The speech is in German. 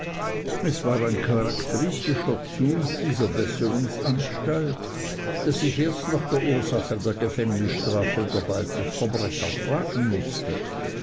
es war ein charakteristischer zug in dieser besserungsanstalt daß ich erst nach der ursache der gefängnisstrafe der beiden verbrecher fragen mußte